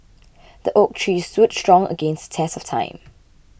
the oak tree stood strong against the test of time